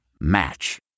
Match